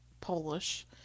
Polish